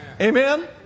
Amen